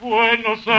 Buenos